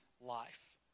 life